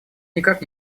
никак